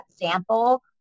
sample